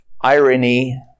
irony